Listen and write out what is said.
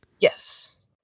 Yes